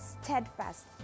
steadfast